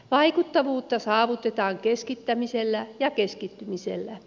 vaikuttavuutta saavutetaan keskittämisellä ja keskittymisellä